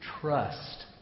Trust